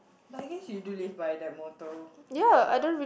but I guess you do live by that motto ya